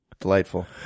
Delightful